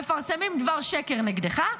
מפרסמים דבר שקר נגדך,